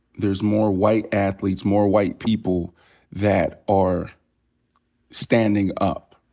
there's more white athletes, more white people that are standing up.